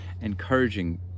encouraging